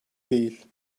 değil